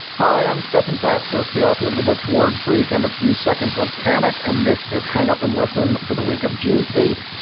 hi, i'm stefan fatsis, the author of the book word freak and a few seconds of panic. and this is hang up and listen. for the week of june eighth.